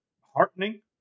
heartening